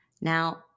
Now